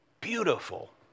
Beautiful